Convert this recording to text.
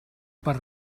per